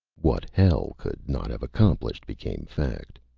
what hell could not have accomplished, became fact.